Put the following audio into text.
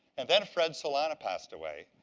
and then fred solana passed away,